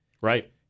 Right